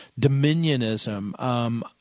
dominionism